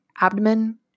abdomen